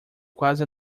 quase